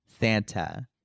Santa